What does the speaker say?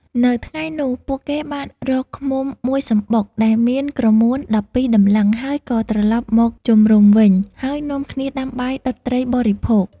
នៅថ្ងៃនោះ ពួកគេបានរកឃ្មុំមួយសំបុកដែលមានក្រមួន១២តម្លឹង ហើយក៏ត្រឡប់មកជំរំវិញ ហើយនាំគ្នាដាំបាយដុតត្រីបរិភោគ។